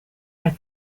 are